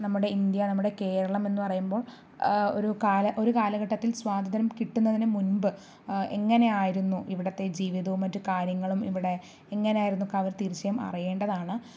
നമ്മുടെ ഇന്ത്യ നമ്മുടെ കേരളം എന്ന് പറയുമ്പോൾ ഒരു കല ഒരു കാലഘട്ടത്തിൽ സ്വാത്രന്ത്യം കിട്ടുന്നതിന് മുൻപ്പ് എങ്ങനെയായിരുന്നു ഇവിടുത്തെ ജീവിതവും മറ്റു കാര്യങ്ങളും ഇവിടെ എങ്ങനയായിരുന്നു എന്ന് അവർ തീർച്ചയായും അറിയേണ്ടതാണ്